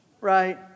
Right